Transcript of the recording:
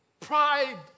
Pride